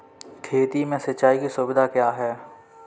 खेती में सिंचाई की सुविधा क्या है?